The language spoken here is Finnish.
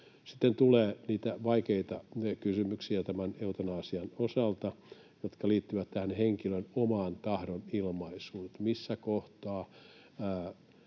Sitten tulee niitä vaikeita kysymyksiä tämän eutanasian osalta, jotka liittyvät henkilön oman tahdon ilmaisuun, että missä kohtaa,